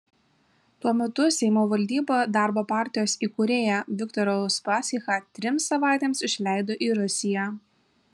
tuo metu seimo valdyba darbo partijos įkūrėją viktorą uspaskichą trims savaitėms išleido į rusiją